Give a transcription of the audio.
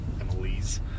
Emily's